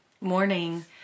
morning